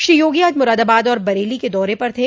श्री योगी आज मुरादाबाद और बरेली के दौरे पर थे